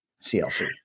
CLC